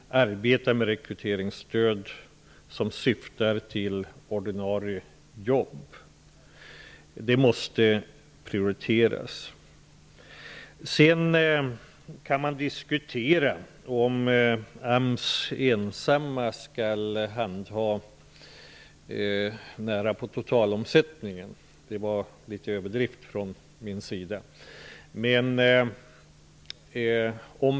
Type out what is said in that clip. De skall arbeta med rekryteringsstöd syftande till ordinarie jobb. Det måste prioriteras. Man kan diskutera om AMS ensamt skall handha totalomsättningen. Det var en överdrift från min sida.